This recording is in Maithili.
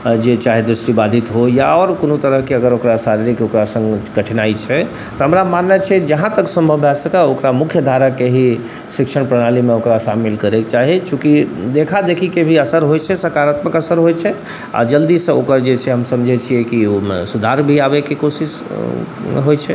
जे चाहे दृष्टिबाधित हो या आओर कोनो तरहके अगर ओकरा शारीरिक ओकरासङ्ग कठिनाइ छै तऽ हमरा माननाइ छै जहाँ तक सम्भव भऽ सकै ओकरा मुख्यधाराके ही शिक्षण प्रणालीमे ओकरा शामिल करैके चाही चूँकि देखा देखीके भी असर होइ छै साकारात्मक असर होइ छै आओर जल्दीसँ ओकर जे छै हमसब जे छिए से कि सुधार भी आबैके कोशिश होइ छै